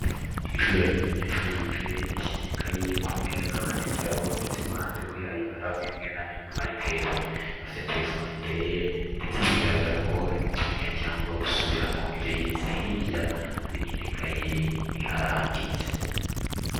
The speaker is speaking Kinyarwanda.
Mu ishuri harimo umunyeshuri wicaye yashyize ikayi ye ku meza bandikiraho ndetse iruhande rwe hari ikaramu imwe na marikeri. Afite telefone imbere ye ndetse biragaragara ko arimo kwiga cyangwa gusubiramo ibyo yize. Hirya hari n'indi kayi iharambitse.